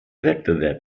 wettbewerb